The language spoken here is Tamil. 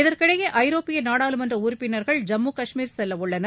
இதற்கிடையே ஐரோப்பிய நாடாளுமன்ற உறுப்பினர்கள் ஜம்மு காஷ்மீர் செல்லவுள்ளனர்